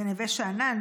בנווה שאנן,